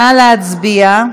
נא להצביע.